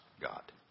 God